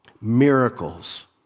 miracles